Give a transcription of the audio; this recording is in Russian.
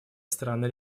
страны